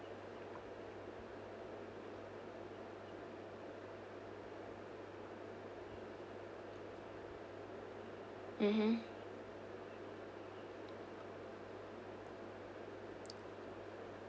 mmhmm